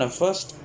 first